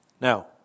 Now